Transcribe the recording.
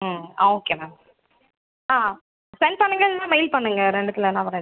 ம் ஆ okay ma'am ஆ சென்ட் பண்ணுங்கள் இல்லைனா மெயில் பண்ணுங்கள் ரெண்டுத்துல எதனா ஒரு